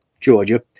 Georgia